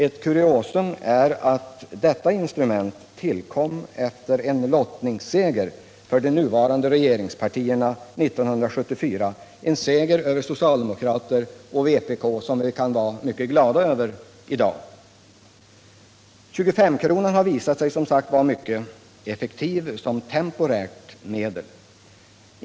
Ett kuriosum är att detta instrument tillkom efter en lottningsseger för de nuvarande regeringspartierna 1974, en seger över socialdemokrater och vpk, som vi alla kan vara mycket glada över i dag. 25-kronan har som sagt visat sig vara mycket effektiv som temporärt medel.